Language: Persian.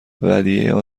ودیعه